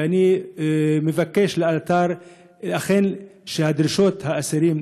ואני מבקש שאכן דרישות האסירים